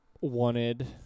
wanted